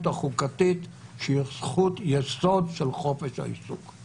החוקתית שהיא זכות יסוד של חופש העיסוק.